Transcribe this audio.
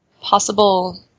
possible